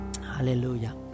Hallelujah